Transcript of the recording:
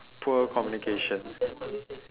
poor communication